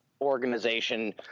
organization –